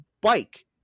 bike